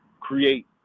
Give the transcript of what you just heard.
create